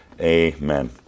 Amen